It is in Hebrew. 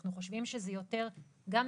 אנחנו חושבים שזה יותר יעיל.